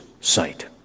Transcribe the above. sight